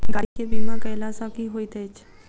गाड़ी केँ बीमा कैला सँ की होइत अछि?